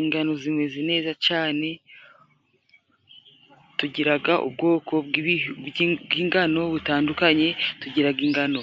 Ingano zimeze neza cane, tugiraga ubwoko bw'ingano butandukanye:tugiraga ingano